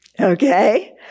Okay